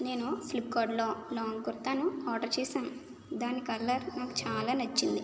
నేను ఫ్లిప్కార్ట్లో లాంగ్ కుర్తాను ఆర్డర్ చేశాను దాని కల్లర్ నాకు చాలా నచ్చింది